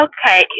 Okay